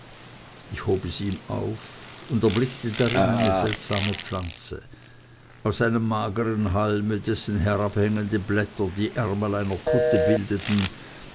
ich hob es ihm auf und erblickte darin eine seltsame pflanze aus einem mageren halme dessen herabhängende blätter die ärmel einer kutte bildeten